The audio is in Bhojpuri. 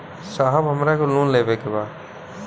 साहब हमरा के लोन लेवे के बा